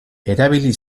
erabili